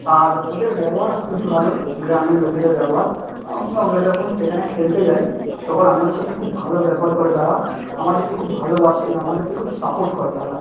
আর ওদের ব্যবহার খুবই ভালো গ্রামের লোকেদের ব্যবহার আমরা আমরা যখন সেখানে খেলতে যাই তখন আমাদের সাথে খুব ভালো ব্যবহার করে তারা আমাদেরকে খুব ভালোবাসে আমাদেরকে খুব সাপোর্ট করে তারা